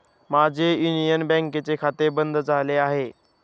माझे युनियन बँकेचे खाते बंद झाले आहे